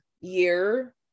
year